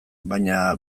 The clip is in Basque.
baina